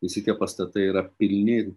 visi tie pastatai yra pilni